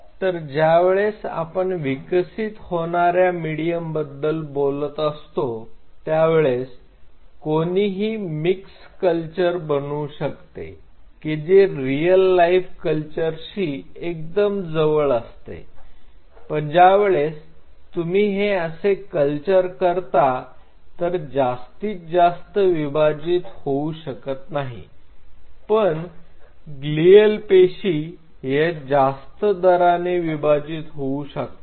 तर ज्या वेळेस आपण विकसित होणाऱ्या मिडीयम बद्दल बोलत असतो त्यावेळेस कोणीही मिक्स कल्चर बनवू शकते की जे रियल लाइफ कल्चरशी एकदम जवळ असते पण ज्यावेळेस तुम्ही हे असे कल्चर करता तर जास्तीत जास्त विभाजित होऊ शकत नाही पण ग्लीअल पेशी ह्या जास्त दराने विभाजित होऊ शकतात